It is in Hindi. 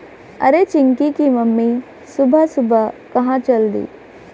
अरे चिंकी की मम्मी सुबह सुबह कहां चल दी?